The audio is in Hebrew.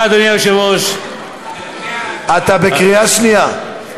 תודה, אדוני היושב-ראש, אתה בקריאה שנייה.